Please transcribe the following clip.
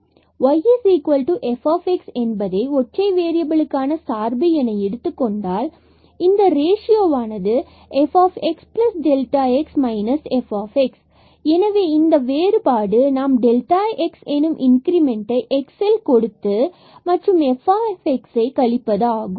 எனவே yf என்பதை ஒற்றை வேறியபிலுக்கான சார்பு என எடுத்துக்கொண்டால் மற்றும் இந்த ரேசியோவானது fxx fx எனவே இந்த வேறுபாடு நாம் x எனும் இன்கிரிமெண்டை x ல் கொடுத்து மற்றும் fஐ கழிப்பதாகும்